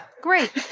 great